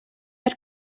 had